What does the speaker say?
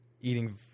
Eating